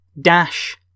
dash